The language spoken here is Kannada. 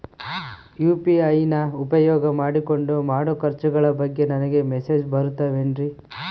ಯು.ಪಿ.ಐ ನ ಉಪಯೋಗ ಮಾಡಿಕೊಂಡು ಮಾಡೋ ಖರ್ಚುಗಳ ಬಗ್ಗೆ ನನಗೆ ಮೆಸೇಜ್ ಬರುತ್ತಾವೇನ್ರಿ?